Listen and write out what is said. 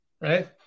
right